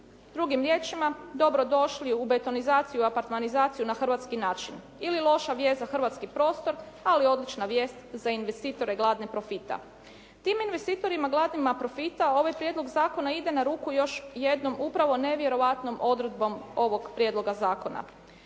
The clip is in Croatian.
Drugim riječima, dobro došli u betonizaciju i apartmanizaciju na hrvatski način, ili loša vijest za hrvatski prostor ali odlična vijest za investitore gladne profita. Tim investitorima gladnima profita ovaj prijedlog zakona ide na ruku još jednom upravo nevjerojatnom odredbom ovog prijedloga zakona.